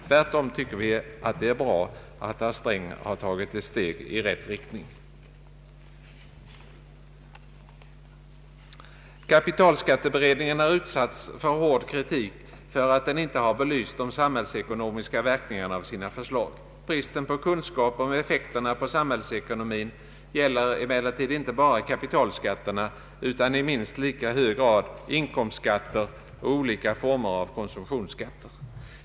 Tvärtom tycker vi att det är bra att herr Sträng har tagit ett steg i rätt riktning. Kapitalskatteberedningen har utsatts för hård kritik för att den inte har belyst de samhällsekonomiska verkningarna av sina förslag. Bristen på kunskap om effekterna på samhällsekonomin gäller emellertid inte bara kapitalskatterna utan i minst lika hög grad inkomstskatter och olika former av konsumtionsskatter.